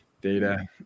data